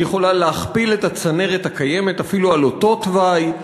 היא יכולה להכפיל את הצנרת הקיימת אפילו על אותו התוואי.